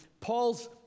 Paul's